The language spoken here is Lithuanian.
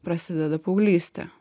prasideda paauglystė